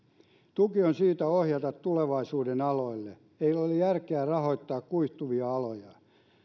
tuki on syytä ohjata tulevaisuuden aloille järkeä rahoittaa kuihtuvia aloja